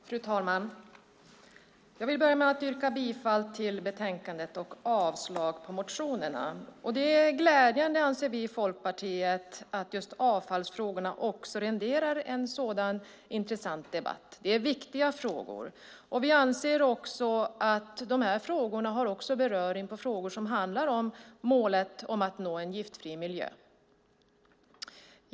Fru talman! Jag vill börja med att yrka bifall till utskottets förslag i betänkandet och avslag på motionerna. Vi i Folkpartiet anser att det är glädjande att just avfallsfrågorna renderar en så intressant debatt. Det är viktiga frågor. Vi anser att dessa frågor även har beröring på frågor som handlar om målet om att nå en giftfri miljö.